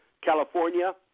California